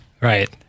Right